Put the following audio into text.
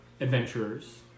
adventurers